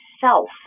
self